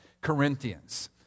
Corinthians